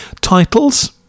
Titles